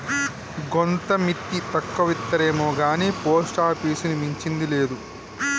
గోంత మిత్తి తక్కువిత్తరేమొగాని పోస్టాపీసుని మించింది లేదు